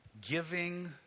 giving